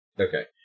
Okay